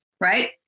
right